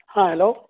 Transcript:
ہاں ہلو